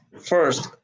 first